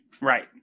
Right